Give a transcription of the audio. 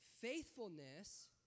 Faithfulness